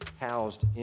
housed